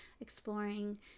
exploring